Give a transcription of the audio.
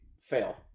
fail